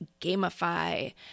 gamify